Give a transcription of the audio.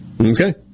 Okay